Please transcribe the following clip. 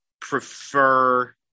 prefer